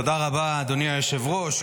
תודה רבה, אדוני היושב-ראש.